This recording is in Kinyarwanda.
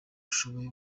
ashoboye